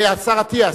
השר אטיאס,